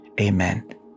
Amen